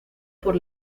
por